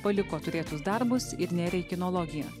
paliko turėtus darbus ir nėrė į kinologiją